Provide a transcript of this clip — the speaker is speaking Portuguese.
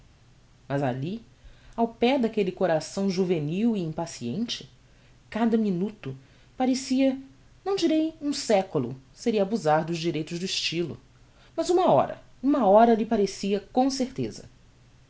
mas alli ao pé daquelle coração juvenil e impaciente cada minuto parecia não direi um seculo seria abusar dos direitos do estylo mas uma hora uma hora lhe parecia com certeza